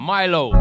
Milo